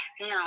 No